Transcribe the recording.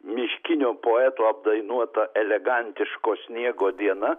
miškinio poeto apdainuota elegantiško sniego diena